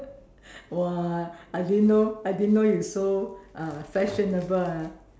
!wah! I didn't know I didn't know you so uh fashionable ah